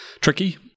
tricky